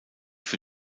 für